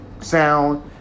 sound